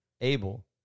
Abel